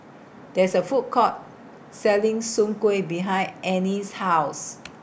There IS A Food Court Selling Soon Kueh behind Anne's House